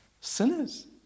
sinners